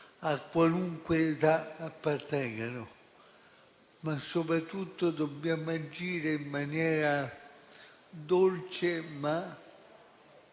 a qualunque età appartengano. Soprattutto, dobbiamo agire in maniera dolce, ma